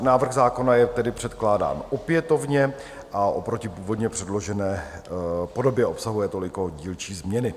Návrh zákona je tedy předkládán opětovně a oproti původní předložené podobě obsahuje toliko dílčí změny.